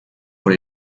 por